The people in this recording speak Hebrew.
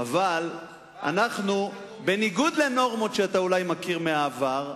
אבל אנחנו, בניגוד לנורמות שאתה מכיר מהעבר,